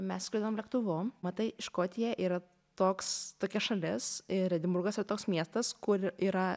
mes skridom lėktuvu matai škotija yra toks tokia šalis ir edinburgas yra toks miestas kur yra